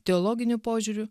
teologiniu požiūriu